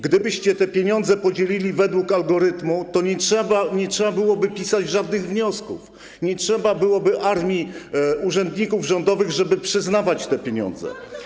Gdybyście te pieniądze podzielili według algorytmu, to nie trzeba byłoby pisać żadnych wniosków, nie trzeba byłoby armii urzędników rządowych, żeby przyznawać te pieniądze.